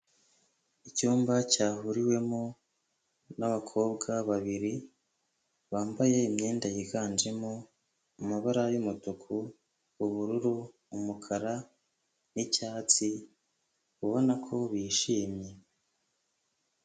icyumba cyahuriwemo n'abakobwa babiri bambaye imyenda yiganjemo amabara y'umutuku, ubururu, umukara n'icyatsi ubona ko bishimye.